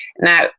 Now